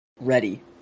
ready